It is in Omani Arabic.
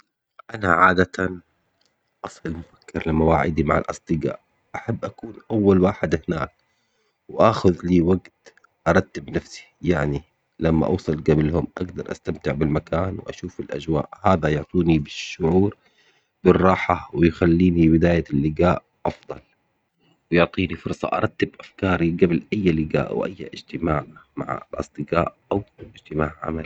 أنا عادةً أصل مبكر بمواعيدي مع الأصدقاء، أحب أكون أول واحد هناك وآخذ لي وقت أرتب نفسي، يعني لما أوصل قبلهم أقدر أستمتع بالمكان وأشوف الأجواء هذا يعطوني بالشعور بالراحة ويخليني في بداية اللقاء أفضل، ويعطيني فرصة أرتب أفكاري قبل أي لقاء أو أي اجتماع مع الأصدقاء أو اجتماع عمل.